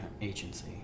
agency